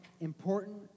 important